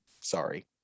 sorry